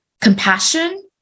compassion